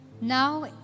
Now